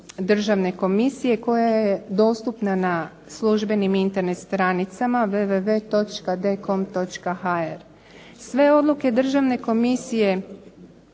Državne komisije koja je dostupna na službenim Internet stranicama www.dcom.hr. Sve odluke Državne komisije